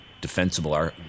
defensible